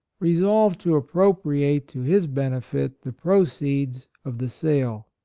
resolved to appropriate to his benefit the proceeds of the sale.